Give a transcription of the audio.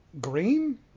green